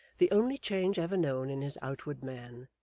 the only change ever known in his outward man,